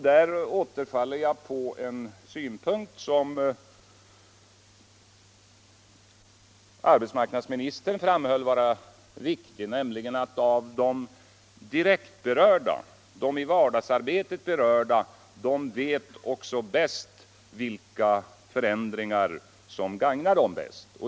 Därvidlag faller jag tillbaka på en synpunkt som arbetsmarknadsministern framhöll vara riktig, nämligen att de direkt berörda — de i vardagsarbetet berörda — också vet bäst vilka förändringar som gagnar dem bäst.